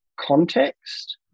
context